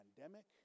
pandemic